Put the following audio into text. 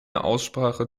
aussprache